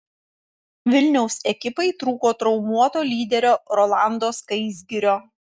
vilniaus ekipai trūko traumuoto lyderio rolando skaisgirio